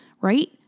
right